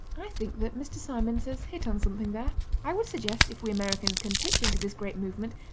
i think that mr. symonds has hit on something there. i would suggest, if we americans can pitch into this great movement,